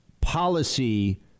policy